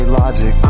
logic